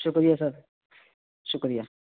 شکریہ سر شکریہ